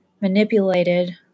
manipulated